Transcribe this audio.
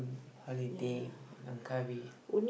holiday langkawi